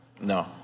No